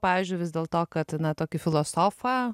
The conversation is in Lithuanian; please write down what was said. pavyzdžiui vis dėl to kad na tokį filosofą